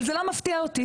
אבל זה לא מפתיע אותי,